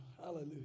Hallelujah